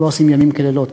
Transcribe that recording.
לא עושים ימים כלילות,